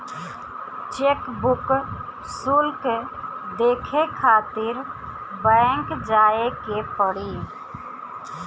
chequebook शुल्क देखे खातिर बैंक जाए के पड़ी